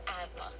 asthma